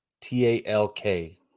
T-A-L-K